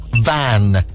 van